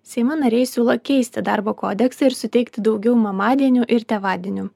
seimo nariai siūlo keisti darbo kodeksą ir suteikti daugiau mamadienių ir tėvadienių